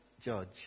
judge